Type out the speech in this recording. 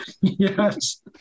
Yes